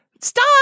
Stop